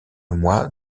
mois